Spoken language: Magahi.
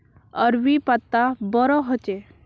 अरबी पत्ता बोडो होचे